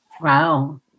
wow